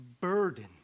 burden